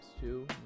two